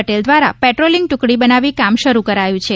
પટેલ દ્વારા પેટ્રોલીંગ ટુકડી બનાવી કામ શરૂ કરાયું છે